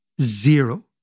Zero